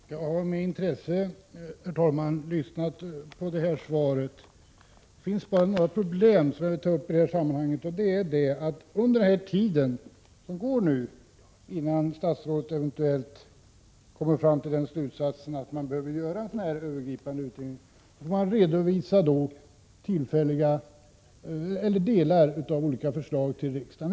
Herr talman! Jag har med intresse lyssnat på detta svar. Det finns bara några problem som jag vill ta upp i sammanhanget. Under den tid som går innan statsrådet eventuellt kommer fram till slutsatsen att man behöver göra en övergripande utredning fortsätter man att redovisa delar av olika förslag till riksdagen.